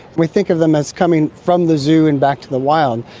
we think of them as coming from the zoo and back to the wild,